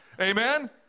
Amen